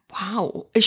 wow